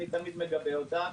אני תמיד מגבה אותם.